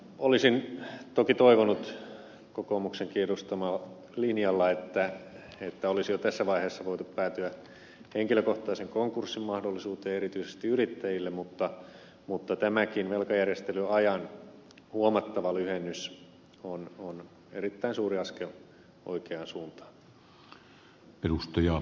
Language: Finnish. olisin toki toivonut kokoomuksenkin edustaman linjan mukaisesti että olisi jo tässä vaiheessa voitu päätyä henkilökohtaisen konkurssin mahdollisuuteen erityisesti yrittäjien osalta mutta tämäkin velkajärjestelyajan huomattava lyhennys on erittäin suuri askel oikeaan suuntaan